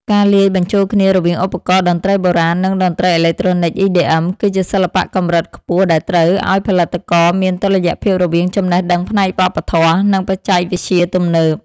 ការលាយបញ្ចូលគ្នារវាងឧបករណ៍តន្ត្រីបុរាណ និងតន្ត្រីអេឡិចត្រូនិក EDM គឺជាសិល្បៈកម្រិតខ្ពស់ដែលតម្រូវឱ្យផលិតករមានតុល្យភាពរវាងចំណេះដឹងផ្នែកវប្បធម៌ និងបច្ចេកវិទ្យាទំនើប។